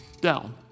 down